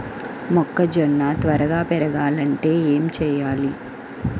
మొక్కజోన్న త్వరగా పెరగాలంటే ఏమి చెయ్యాలి?